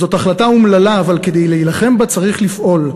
זאת החלטה אומללה, אבל כדי להילחם בה צריך לפעול,